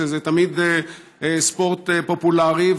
שזה תמיד ספורט פופולרי,